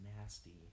nasty